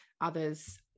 others